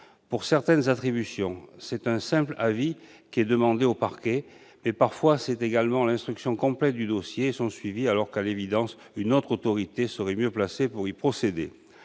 Pour certaines attributions, c'est un simple avis qui est demandé au parquet, mais, parfois, c'est également l'instruction complète du dossier et son suivi, alors qu'à l'évidence une autre autorité serait mieux placée pour y procéder.